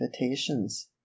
invitations